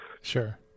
Sure